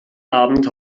abend